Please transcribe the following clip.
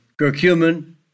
curcumin